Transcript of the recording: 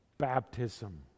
baptism